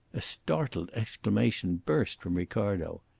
a startled exclamation burst from ricardo.